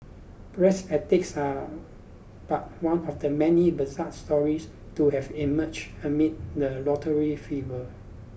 Bragg's Antics are but one of the many bizarre stories to have emerged amid the lottery fever